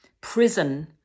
prison